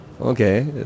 Okay